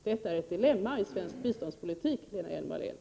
Detta är ett dilemma i svensk biståndspolitik, Lena Hjelm-Wallén!